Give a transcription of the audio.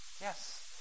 Yes